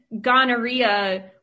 gonorrhea